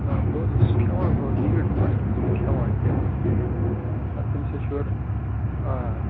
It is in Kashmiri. آ بہٕ حظ اوسُس کھیٚوان ہُو نیٖڈ فاسٹہٕ اوسُس بہٕ کھیٚوان یِتھٕے پٲٹھۍ پتہٕ تَمہِ سۭتۍ چھِ اَورٕ